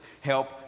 help